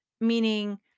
meaning